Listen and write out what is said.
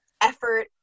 effort